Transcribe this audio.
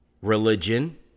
religion